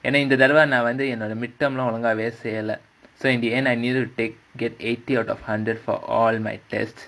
ஏனா இந்த தடவ நான் வந்து என்னோட:yaenaa indha thadava naan vandhu ennoda midterm லாம் ஒழுங்காவே செய்யல:laam olungaavae seiyala so in the end I needed to take get eighty out of hundred for all my test